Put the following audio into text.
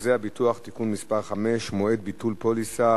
חוזה הביטוח (תיקון מס' 5) (מועד ביטול הפוליסה),